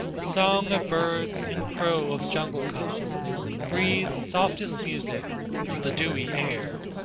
the song of birds and crow of jungle-cocks breathe softest music through the dewy air.